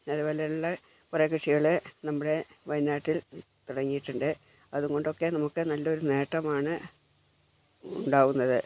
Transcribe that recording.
അതുപോലുള്ള പ്ര കൃഷികളെ നമ്മുടെ വയനാട്ടിൽ തുടങ്ങീട്ടുണ്ട് അതുംകൊണ്ടൊക്കെ നമുക്ക് നല്ലൊരു നേട്ടമാണ് ഉണ്ടാകുന്നത്